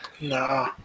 no